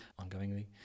ongoingly